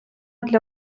для